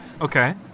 Okay